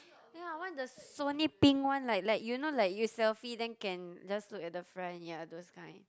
ya I want the Sony pink one like like you know like you selfie then can just look at the front ya those kind